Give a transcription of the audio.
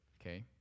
okay